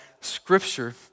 scripture